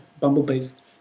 bumblebees